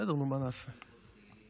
אני כתבתי מכתב ליועצת המשפטית לממשלה.